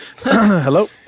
Hello